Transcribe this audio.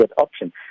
option